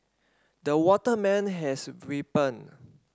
the watermelon has ripened